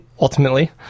ultimately